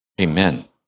Amen